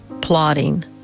plotting